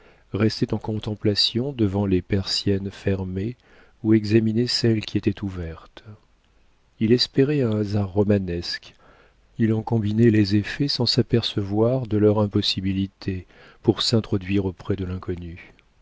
restait en contemplation devant les persiennes fermées ou examinait celles qui étaient ouvertes il espérait un hasard romanesque il en combinait les effets sans s'apercevoir de leur impossibilité pour s'introduire auprès de l'inconnue